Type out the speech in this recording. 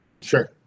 sure